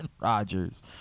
Rodgers